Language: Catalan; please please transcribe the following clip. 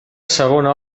segona